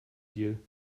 deal